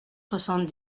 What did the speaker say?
soixante